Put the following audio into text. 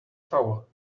towel